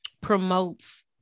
promotes